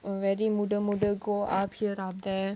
mm very muda muda go up here up there